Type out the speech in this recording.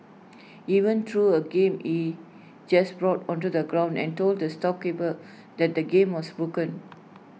even threw A game he just bought onto the ground and told the storekeeper that the game was broken